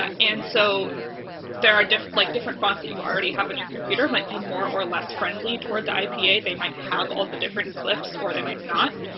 and so there are different like different fonts that you already have on your computer might be more or less friendly toward the ipa they might have all the different glyphs or they might not.